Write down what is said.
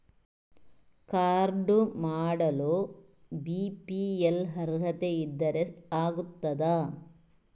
Card ಮಾಡಲು BPL ಅರ್ಹತೆ ಇದ್ದರೆ ಆಗುತ್ತದ?